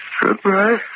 Goodbye